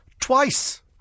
twice